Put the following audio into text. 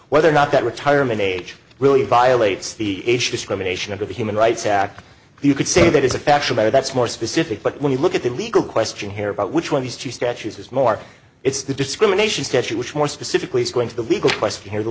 whether or not that retirement age really violates the age discrimination under the human rights act you could say that is a factual matter that's more specific but when you look at the legal question here about which one these two statutes is more it's the discrimination statute which more specifically is going to the legal question here the